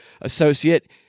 associate